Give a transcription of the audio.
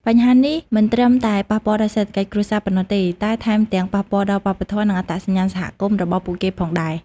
បញ្ហានេះមិនត្រឹមតែប៉ះពាល់ដល់សេដ្ឋកិច្ចគ្រួសារប៉ុណ្ណោះទេ តែថែមទាំងប៉ះពាល់ដល់ វប្បធម៌ និងអត្តសញ្ញាណសហគមន៍ របស់ពួកគេផងដែរ។